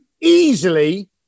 easily